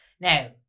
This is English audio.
Now